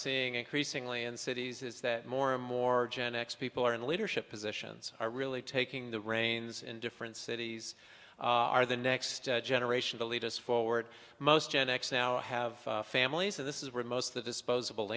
seeing increasingly in cities is that more and more genex people are in leadership positions are really taking the reins in different cities are the next generation to lead us forward most genex now have families and this is where most of the disposable